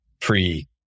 pre